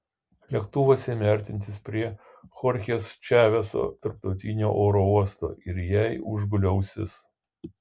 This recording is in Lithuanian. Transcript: lėktuvas ėmė artintis prie chorchės čaveso tarptautinio oro uosto ir jai užgulė ausis